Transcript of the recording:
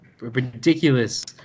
ridiculous